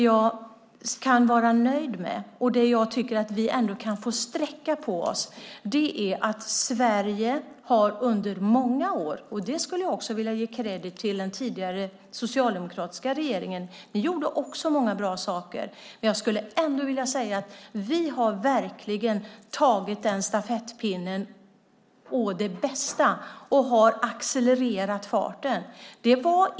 Jag kan vara nöjd med - där tycker jag att vi kan få sträcka på oss - att Sverige under många år har gjort ett bra arbete. Där skulle jag även vilja ge kredit till den tidigare socialdemokratiska regeringen som också gjorde många bra saker. Men jag skulle ändå vilja säga att vi verkligen har tagit den stafettpinnen på bästa sätt och accelererat farten.